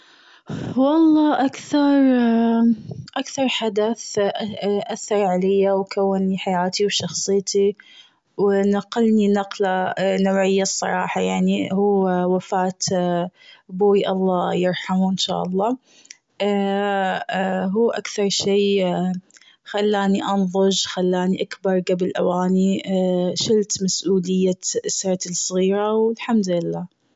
والله أكثر- أكثر حدث أثر علي و كوني حياتي و شخصيتي. و نقلني نقلة نوعية الصراحة يعني هو وفاة ابوي الله يرحمه إن شاء الله. هو أكثر شي خلاني انضج خلاني أكبر قبل أواني شلت مسؤولية الصغيرة و الحمد لله.